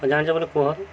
ଜାଣିଛ ବୋଲେ କୁହ